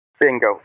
Bingo